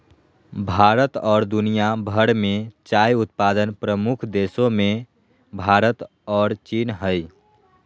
भारत और दुनिया भर में चाय उत्पादन प्रमुख देशों मेंभारत और चीन हइ